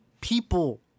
people